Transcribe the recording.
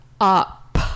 up